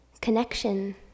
connection